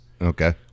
Okay